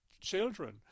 children